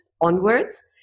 onwards